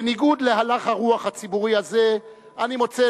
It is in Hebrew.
בניגוד להלך הרוח הציבורי הזה אני מוצא